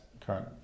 current